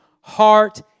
heart